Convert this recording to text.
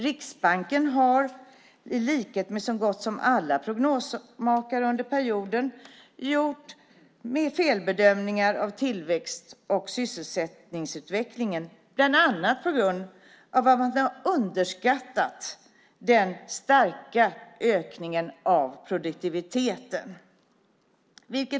Riksbanken har i likhet med så gott som alla prognosmakare under perioden gjort felbedömningar av tillväxt och sysselsättningsutvecklingen, bland annat på grund av att man har underskattat den starka ökningen av produktiviteten.